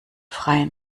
freien